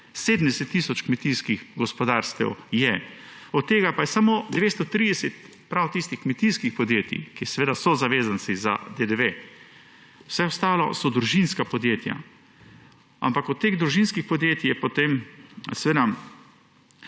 70 tisoč kmetijskih gospodarstev je, od tega pa je samo 230 prav tistih kmetijskih podjetij, ki seveda so zavezanci za DDV, vse ostalo so družinska podjetja. Ampak od teh družinskih podjetij je potem komaj